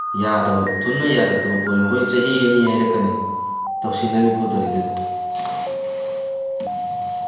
ꯌꯥꯗꯕ ꯊꯨꯅ ꯌꯥꯔꯛꯇꯕ ꯄꯣꯠꯅꯤ ꯃꯈꯣꯏꯗꯤ ꯆꯍꯤ ꯑꯅꯤ ꯍꯥꯏꯔꯛꯀꯅꯤ ꯇꯧꯁꯤꯟꯅꯔꯤ ꯄꯣꯠꯇꯅꯤ ꯑꯗꯨꯗꯣ